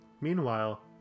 Meanwhile